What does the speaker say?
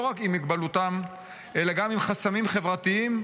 רק עם מוגבלותם אלא גם עם חסמים חברתיים,